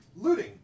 Looting